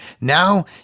Now